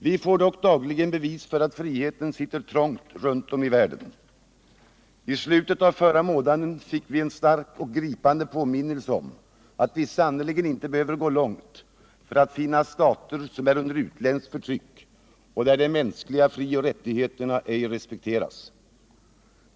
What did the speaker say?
Vi får dock dagligen bevis på att friheten sitter trångt runt om i världen. I slutet av förra månaden fick vi en stark och gripande påminnelse om att vi sannerligen inte behöver gå långt för att finna stater som är under utländskt förtryck och där de mänskliga frioch rättigheterna ej respekteras.